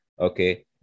Okay